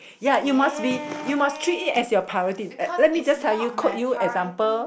ya you must be you must treat it as your priority let me just tell you quote you example